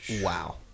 Wow